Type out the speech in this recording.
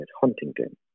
Huntington